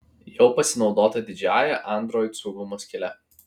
jau pasinaudota didžiąja android saugumo skyle